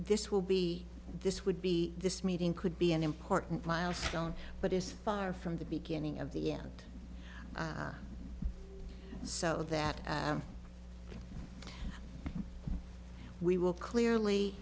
this will be this would be this meeting could be an important milestone but is far from the beginning of the end so that we will clearly